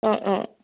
অঁ অঁ